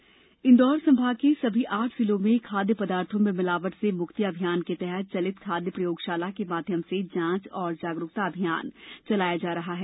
खादय प्रयोगषाला इंदौर संभाग के सभी आठ जिलों में खाद्य पदार्थो में मिलावट से मुक्ति अभियान के तहत चलित खाद्य प्रयोगशाला के माध्यम से जांच और जागरुकता अभियान चलाया जा रहा है